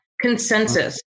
consensus